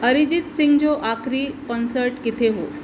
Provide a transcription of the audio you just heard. अरिजीत सिंघ जो आख़िरी कॉन्सर्ट किथे हो